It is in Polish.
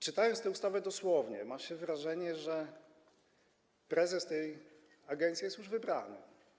Czytając tę ustawę dosłownie, ma się wrażenie, że prezes tej agencji już jest wybrany.